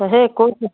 ଶହେ ଏକୋଇଶି